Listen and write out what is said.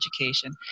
Education